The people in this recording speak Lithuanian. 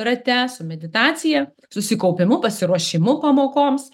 rate su meditacija susikaupimu pasiruošimu pamokoms